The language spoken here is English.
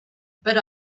but